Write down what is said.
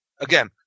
again